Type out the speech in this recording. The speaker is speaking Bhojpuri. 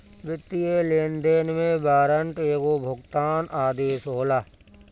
वित्तीय लेनदेन में वारंट एगो भुगतान आदेश होला